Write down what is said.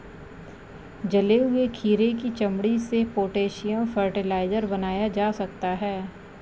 जले हुए खीरे की चमड़ी से पोटेशियम फ़र्टिलाइज़र बनाया जा सकता है